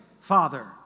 Father